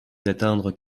d’atteindre